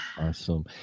Awesome